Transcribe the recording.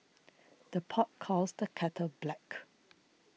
the pot calls the kettle black